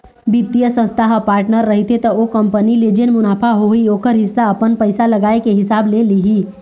बित्तीय संस्था ह पार्टनर रहिथे त ओ कंपनी ले जेन मुनाफा होही ओखर हिस्सा अपन पइसा लगाए के हिसाब ले लिही